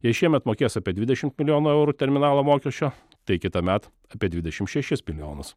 jei šiemet mokės apie dvidešimt milijonų eurų terminalo mokesčio tai kitąmet apie dvidešimt šešis milijonus